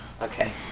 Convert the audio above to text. Okay